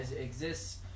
exists